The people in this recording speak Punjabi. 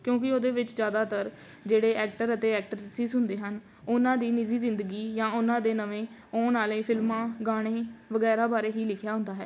ਕਿਉਂਕਿ ਉਹਦੇ ਵਿੱਚ ਜ਼ਿਆਦਾਤਰ ਜਿਹੜੇ ਐਕਟਰ ਅਤੇ ਐਕਟਰਸਿਸ ਹੁੰਦੇ ਹਨ ਉਹਨਾਂ ਦੀ ਨਿੱਜੀ ਜ਼ਿੰਦਗੀ ਜਾਂ ਉਹਨਾਂ ਦੇ ਨਵੇਂ ਆਉਣ ਵਾਲੇ ਫਿਲਮਾਂ ਗਾਣੇ ਵਗੈਰਾ ਬਾਰੇ ਹੀ ਲਿਖਿਆ ਹੁੰਦਾ ਹੈ